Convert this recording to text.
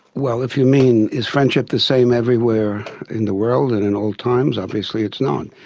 well if you mean is friendship the same everywhere in the world and in all times? obviously it's not.